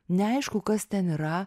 neaišku kas ten yra